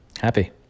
happy